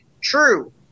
true